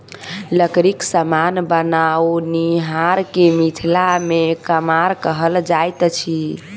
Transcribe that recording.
लकड़ीक समान बनओनिहार के मिथिला मे कमार कहल जाइत अछि